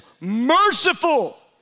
merciful